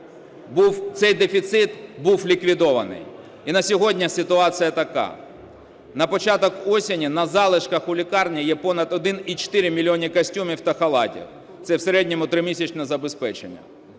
Цей дефіцит був ліквідований. І на сьогодні ситуація така. На початок осені на залишках у лікарнях є понад 1,4 мільйони костюмів та халатів, це в середньому тримісячне забезпечення,